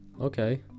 Okay